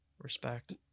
Respect